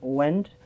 went